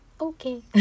Okay